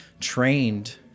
trained